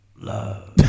love